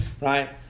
Right